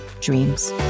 dreams